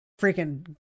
freaking